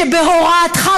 שבהוראתך,